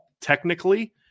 technically